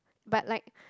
but like